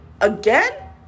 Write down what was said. again